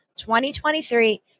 2023